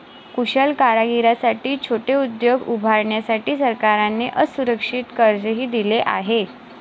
कुशल कारागिरांसाठी छोटे उद्योग उभारण्यासाठी सरकारने असुरक्षित कर्जही दिले आहे